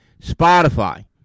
Spotify